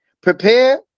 prepare